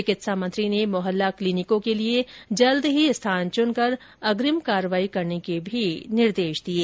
चिकित्सा मंत्री ने मोहल्ला क्लिनिकों के लिए जल्द ही स्थान चुनकर अग्रिम कार्रवाई करने के भी निर्देश दिये